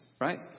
Right